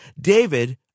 David